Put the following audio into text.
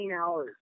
hours